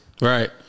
right